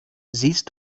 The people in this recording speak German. siehst